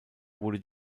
wurde